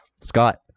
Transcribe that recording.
Scott